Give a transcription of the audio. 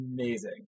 amazing